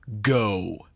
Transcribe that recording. Go